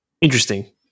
interesting